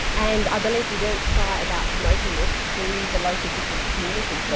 and i believe you weren't shy about promoting this to the local business community.